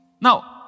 Now